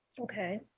Okay